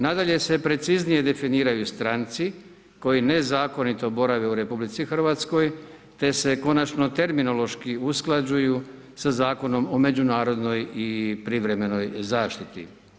Nadalje se preciznije definiraju stranci koji nezakonito borave u Republici Hrvatskoj, te se konačno terminološki usklađuju sa Zakonom o međunarodnoj i privremenoj zaštiti.